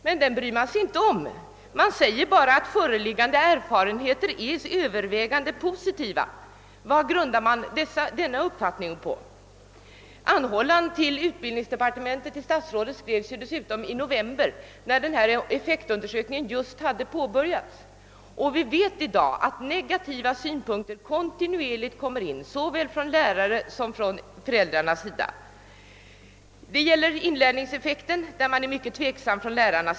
Men den bryr man sig inte om utan säger bara att föreliggande erfarenheter är övervägande positiva. Vad grundas denna uppfattning på? Anhållan till utbildningsdepartementet skrevs i november när effektundersökningen just hade påbörjats, och vi vet i dag att negativa synpunkter kontinuerligt kommer in från såväl lärare som föräldrar. Det gäller t.ex. inlärningseffekten där lärarna är mycket tveksamma.